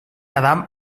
adam